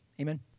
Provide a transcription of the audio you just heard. Amen